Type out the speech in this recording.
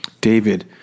David